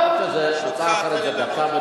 אחיות צריכות להישאר גם אם המצב מאוד קשה.